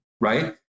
right